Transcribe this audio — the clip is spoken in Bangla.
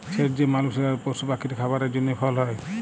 ছের যে মালুসের আর পশু পাখির খাবারের জ্যনহে ফল হ্যয়